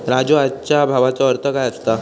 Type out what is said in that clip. राजू, आजच्या भावाचो अर्थ काय असता?